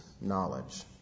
knowledge